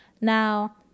Now